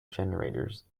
generators